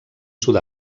sud